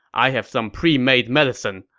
i have some pre-made medicine.